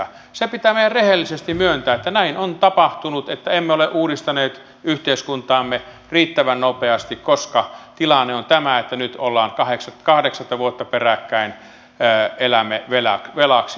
se pitää meidän rehellisesti myöntää että näin on tapahtunut että emme ole uudistaneet yhteiskuntaamme riittävän nopeasti koska tilanne on tämä että nyt kahdeksatta vuotta peräkkäin elämme velaksi